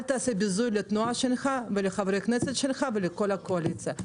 אל תעשה ביזוי לתנועה שלך ולחבר הכנסת שלך ולכול הקואליציה.